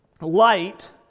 light